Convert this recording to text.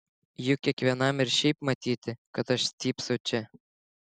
juk kiekvienam ir šiaip matyti kad aš stypsau čia